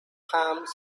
palms